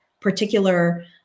particular